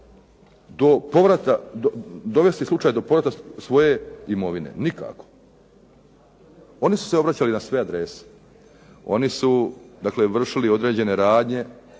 doći do povrata svoje imovine? Nikako. Oni su se obraćali na sve adrese, oni su vršili određene radnje